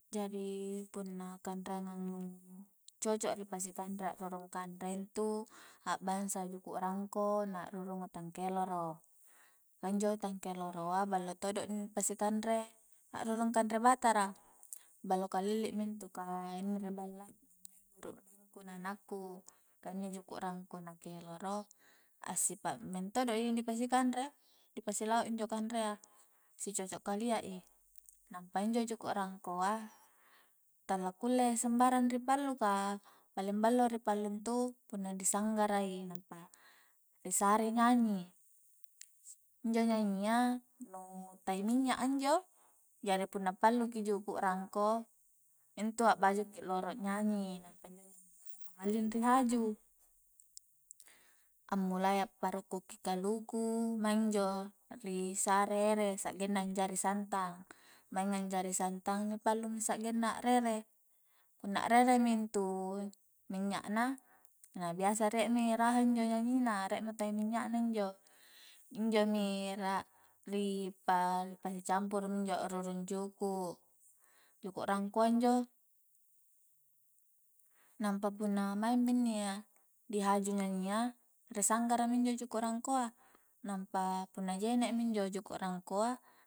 Jari punna kanreangang nu cocok a ri pasi kanre a'rurung kanre intu a'bangsa juku' rangko na a'rurung utang keloro ka injo utang keloro a ballo todo ni pasi kanre a'rurung kanre batara ballo kalilli m intu ka inni ri balla na ngai burukneng ku na anakku ka inni juku' rangko na keloro a'sipa mentodo i ni pasi kanre di pasilau' injo kanrea si cocok kalia i nampa injo juku' rangkoa tala kulle sambarang ri pallu ka paling ballo ri pallu intu punna di sanggarai nampa ri sare i nyanyi injo nyanyi a nu tai minnya a injo jari punna pallu ki juku' rangko intu a'baju ki rolo nyanyi nampa injo nyanyia nu malling ri haju ammulai a'parukku ki kaluku, maing injo ri sare ere sa'genna anjari santang maing anjari santang ri pallu mi sa'genna a'rere punna a'rere mintu minnya na, na biasa rie mi raha injo nyanyi na rie mo tai minnya na injo injo mi ra ri pasi campuru mi injo rurung juku' juku' rangkoa injo nampa punna maingmi inni ri haju nyanyi a ri sanggara minjo juku' rangkoa nampa punna jene' minjo juku rangkoa